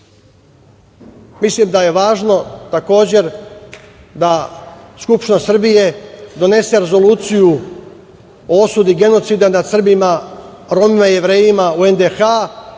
Mislim da je važno da Skupština Srbije donese rezoluciju o osudi genocida nad Srbima, Romima i Jevrejima u NDH